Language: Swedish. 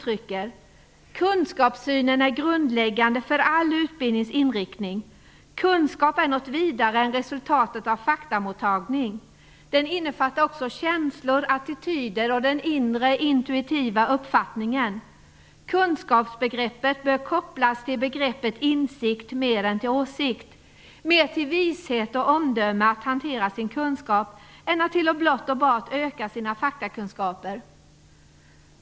"Kunskapssynen är grundläggande för all utbildnings inriktning. Kunskap är något vidare än resultatet av faktamottagning. Den innefattar också känslor, attityder och den inre intuitiva uppfattningen. Kunskapsbegreppet bör kopplas mer till begreppet insikt än åsikt, mer till vishet och omdöme att hantera sin kunskap än till att blott och bart öka sina faktakunskaper.